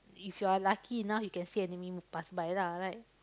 if you are lucky enough you can see enemy move passed by lah right